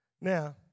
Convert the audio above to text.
Now